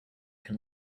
can